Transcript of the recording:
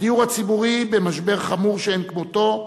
הדיור הציבורי במשבר חמור שאין כמותו,